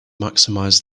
maximize